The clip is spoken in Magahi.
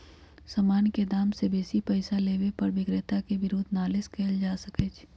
समान के दाम से बेशी पइसा लेबे पर विक्रेता के विरुद्ध नालिश कएल जा सकइ छइ